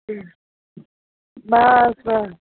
जी बसि बसि